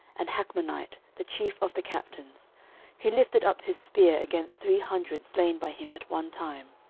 an hachmonite, the chief of the captains he lifted up his spear against three hundred slain by him at one time.